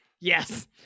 Yes